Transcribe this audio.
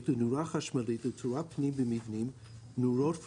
לנורה חשמלית לתאורת פנים במבנים) (נורות פלואורניות),